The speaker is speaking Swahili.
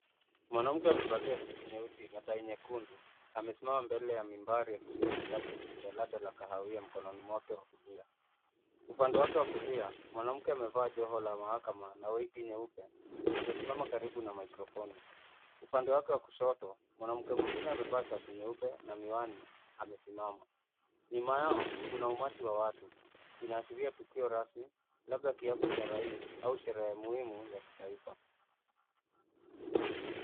Mwanamke ame valia suti nyeusi na tai nyekundu. Ame simama mbele ya mimbari akishika kitabu chemye jalada ya kahawia mikononi mwake wa kulia. Upande wake wa kulia mwanamke amevaa joho la mahakama na wigi nyeupe ame simama karibu na mikrofoni. Upande wake wa kushoto mwanamke mwingime amevaa vazi nyeupe na miwani ame simama. Nyuma kuna watu wa umati, ina ashiria tukio rasmi labda kiapo cha rais au sherehe muhimu ya kitaifa.